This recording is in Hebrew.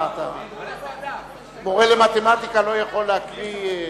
מורה למתמטיקה לא יכול להקריא?